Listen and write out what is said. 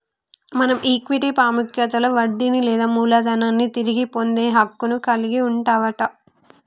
మనం ఈక్విటీ పాముఖ్యతలో వడ్డీని లేదా మూలదనాన్ని తిరిగి పొందే హక్కును కలిగి వుంటవట